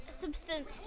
Substance